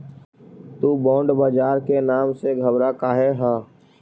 तु बॉन्ड बाजार के नाम से घबरा काहे ह?